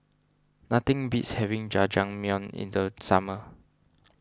nothing beats having Jajangmyeon in the summer